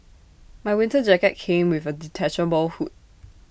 my winter jacket came with A detachable hood